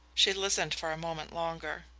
she listened for a moment longer.